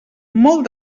molt